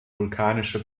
vulkanische